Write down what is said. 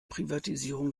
privatisierung